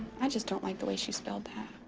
i just don't like the way she spelled that.